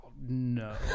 no